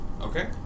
Okay